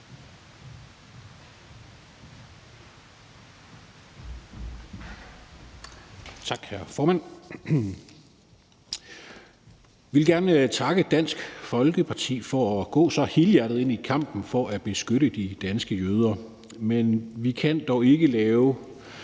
Tak, hr. formand. Jeg vil gerne takke Dansk Folkeparti for at gå så helhjertet ind i kampen for at beskytte de danske jøder, men vi kan dog ikke lave